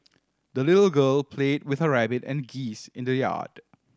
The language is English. the little girl played with her rabbit and geese in the yard